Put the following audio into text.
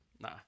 nah